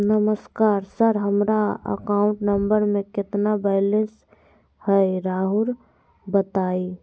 नमस्कार सर हमरा account number में कितना बैलेंस हेई राहुर बताई?